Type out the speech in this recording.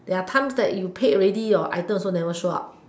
there are times that you paid already your items also never show up